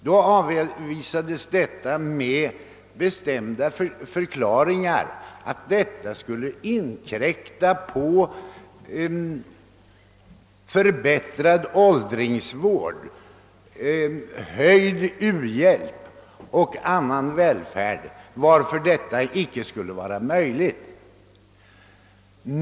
Då avvisades kravet med bestämda förklaringar att införandet av färgtelevision skulle inkräkta på förbättrad åldringsvård, höjd u-hjälp och annan välfärd, varför det inte skulle vara möjligt.